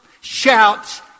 shouts